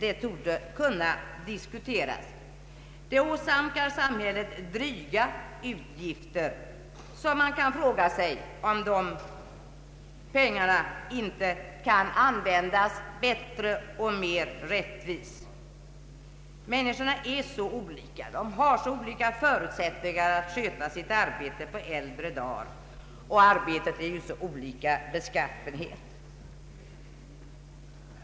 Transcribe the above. En sådan reform åsamkar samhället dryga utgifter, och man kan fråga sig om de pengarna inte kan användas bättre och mer rättvist. Människorna är mycket olika, de har mycket olika förutsättningar att sköta sitt arbete på äldre dagar, och arbetet är av mycket olika beskaffenhet.